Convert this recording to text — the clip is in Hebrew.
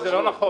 זה לא נכון.